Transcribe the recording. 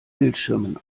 bildschirmen